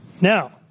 Now